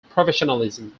professionalism